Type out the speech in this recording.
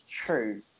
true